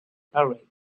parade